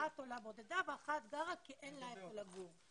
אחת עולה בודדה ואחת גרה כי אין לה איפה לגור,